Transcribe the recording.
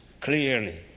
clearly